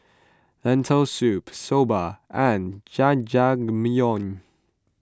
Lentil Soup Soba and Jajangmyeon